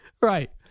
Right